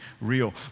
real